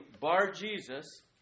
Bar-Jesus